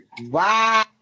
Wow